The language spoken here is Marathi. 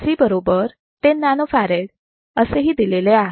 C बरोबर 10 nanofarad असेही दिलेले आहे